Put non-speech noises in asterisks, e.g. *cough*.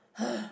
*breath*